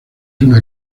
una